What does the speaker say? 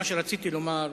האמת היא שמה שרציתי לומר,